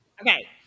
Okay